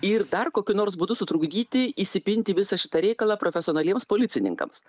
ir dar kokiu nors būdu sutrukdyti įsipint į visą šitą reikalą profesionaliems policininkams